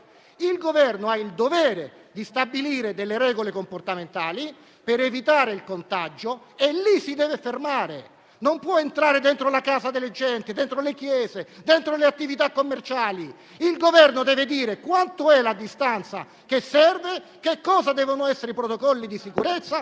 Il Governo ha il dovere di stabilire regole comportamentali per evitare il contagio e lì si deve fermare: non può entrare dentro la casa della gente, le chiese e le attività commerciali. Il Governo deve dire qual è la distanza che serve e quali devono essere i protocolli di sicurezza,